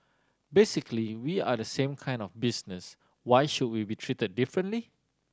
basically we are the same kind of business why should we be treated differently